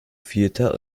vierter